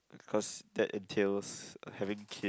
because that entails having kid